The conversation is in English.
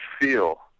feel